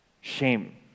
Shame